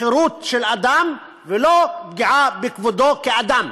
חירות של אדם, ולא פגיעה בכבודו כאדם.